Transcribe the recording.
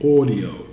Audio